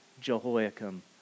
Jehoiakim